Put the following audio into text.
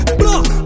block